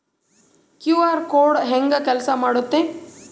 QR code ಹೆಂಗ ಕೆಲಸ ಮಾಡುತ್ತೆ?